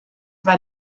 war